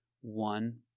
one